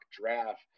draft